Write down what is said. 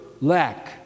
lack